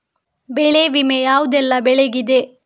ಬೆಳೆ ವಿಮೆ ಯಾವುದೆಲ್ಲ ಬೆಳೆಗಿದೆ?